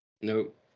Nope